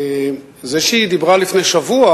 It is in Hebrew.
זה שהיא דיברה לפני שבוע